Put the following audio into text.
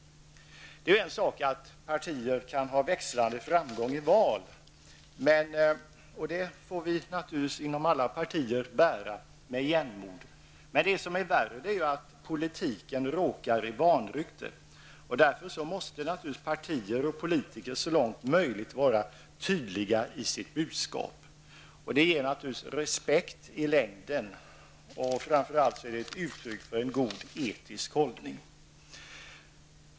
Det är en sak att partier kan ha växlande framgångar i val. Det får man naturligtvis bära med jämnmod inom alla partier, men det är värre att politiken råkar i vanrykte. Därför måste partier och politiker så långt som möjligt vara tydliga i sitt budskap. Det ger naturligtvis respekt i längden, och det är framför allt ett uttryck för god etisk hållning.